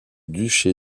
duché